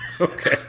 okay